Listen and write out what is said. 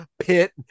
pit